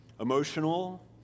emotional